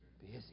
Busy